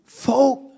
Folk